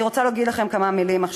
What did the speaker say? עכשיו אני רוצה להגיד לכם כמה מילים,